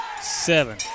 seven